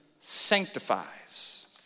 sanctifies